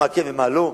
מה כן ומה לא,